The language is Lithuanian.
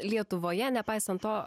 lietuvoje nepaisant to